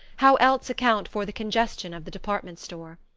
how else account for the congestion of the department store?